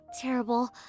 Terrible